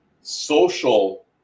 social